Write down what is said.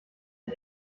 ein